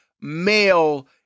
male